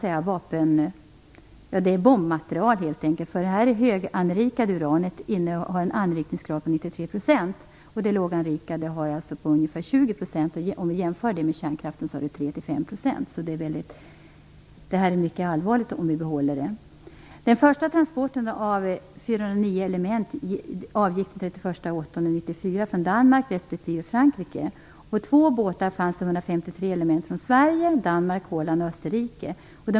Det handlar om bombmaterial helt enkelt, för det höganrikade uranet har en anrikningsgrad på 93 %, och det låganrikade uranet har en anrikningsgrad på ca 20 %, jämfört med kärnkraften som har en anrikningsgrad på 3-5 %. Därför är det mycket allvarligt om vi behåller detta avfall. Danmark, Holland och Österrike.